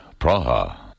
Praha